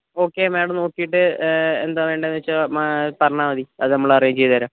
okay madam നോക്കിയിട്ട് എന്താണ് വേണ്ടതെന്ന് വെച്ചാൽ മാ പറഞ്ഞാൽ മതി അത് നമ്മൾ അറേഞ്ച് ചെയ്തു തരാം